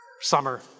summer